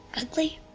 ugly?